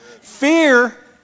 Fear